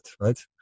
right